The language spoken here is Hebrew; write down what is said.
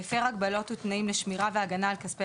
"הפר הגבלות ותנאים לשמירה והגנה על כספי